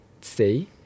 say